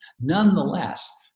Nonetheless